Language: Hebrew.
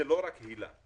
זה לא רק היל"ה.